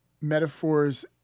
metaphors